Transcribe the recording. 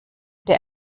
der